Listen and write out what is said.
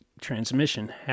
transmission